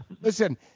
listen